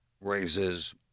raises